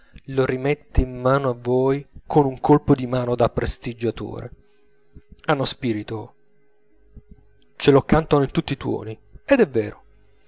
lo rimette in mano a voi con un colpo di mano da prestigiatore hanno spirito ce lo cantano in tutti i tuoni ed è vero